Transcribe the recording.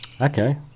Okay